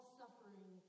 suffering